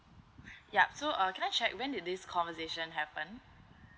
yup so uh can I check when did this conversation happened